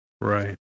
Right